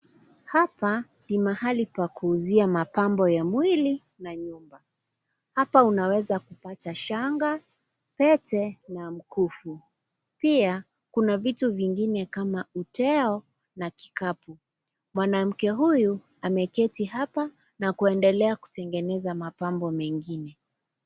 Hapa ni mahali pa kuuzia mapambo ya mwili na nyumba. Hapa unaweza kupata shanga, pete na mkufu. Pia kuna vitu vingine kama uteo na kikapu. Mwanamke huyu ameketi hapa na kuendelea kutengeneza mapambo mengine.